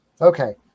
okay